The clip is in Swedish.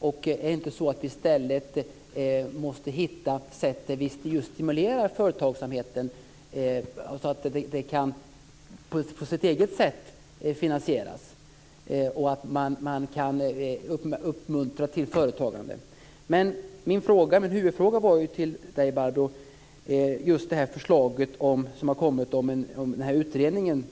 Måste vi inte i stället hitta sätt att stimulera företagsamheten så att den kan finansieras på sitt eget sätt och uppmuntra till företagande? Min huvudfråga till Barbro Andersson Öhrn gällde det förslag som har kommit från utredningen.